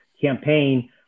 campaign